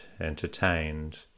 entertained